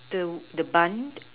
the bun